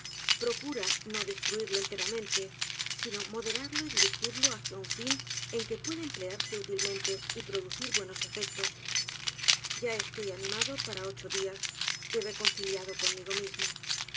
procura no destruirlo enteramente sino moderarlo y dirigirlo hacia ún fin en que pueda emplearse útilmente y producir tuénos efectos ya estoy animado para ocho dias y reconciliado conmigo mismo